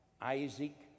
Isaac